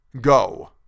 Go